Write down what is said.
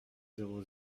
zéro